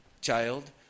child